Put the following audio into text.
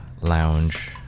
lounge